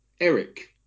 Eric